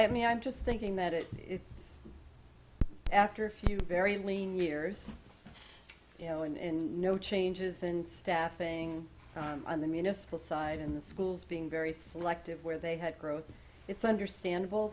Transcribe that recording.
i mean i'm just thinking that it is after a few very lean years you know when no changes in staffing on the municipal side and the schools being very selective where they had growth it's understandable